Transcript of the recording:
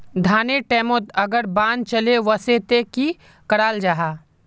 धानेर टैमोत अगर बान चले वसे ते की कराल जहा?